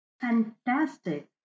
fantastic